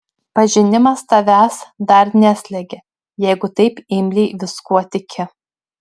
pažinimas tavęs dar neslegia jeigu taip imliai viskuo tiki